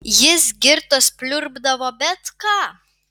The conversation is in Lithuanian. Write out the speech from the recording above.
jis girtas pliurpdavo bet ką